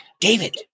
David